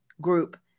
group